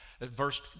Verse